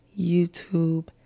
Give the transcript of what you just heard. YouTube